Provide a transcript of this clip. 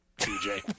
TJ